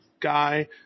guy